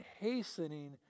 hastening